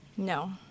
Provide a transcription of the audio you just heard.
No